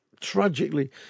tragically